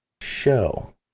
show